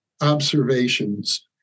observations